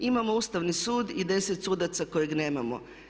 Imamo Ustavni sud i 10 sudaca kojih nemamo.